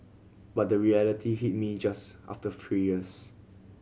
but the reality hit me just after three years